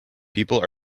people